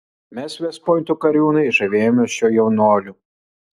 mes vest pointo kariūnai žavėjomės šiuo jaunuoliu